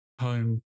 home